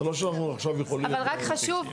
זה לא שאנחנו עכשיו יכולים --- אבל רק חשוב,